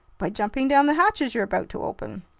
by jumping down the hatches you're about to open.